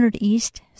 East